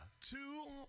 two